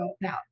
now